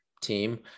team